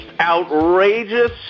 outrageous